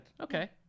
okay